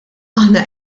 aħna